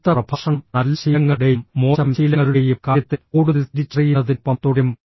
അടുത്ത പ്രഭാഷണം നല്ല ശീലങ്ങളുടെയും മോശം ശീലങ്ങളുടെയും കാര്യത്തിൽ കൂടുതൽ തിരിച്ചറിയുന്നതിനൊപ്പം തുടരും